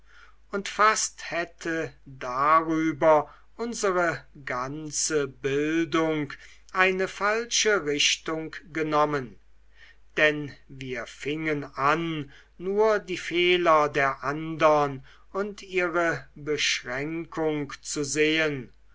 und fast hätte darüber unsere ganze bildung eine falsche richtung genommen denn wir fingen an nur die fehler der andern und ihre beschränkung zu sehen